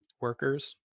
workers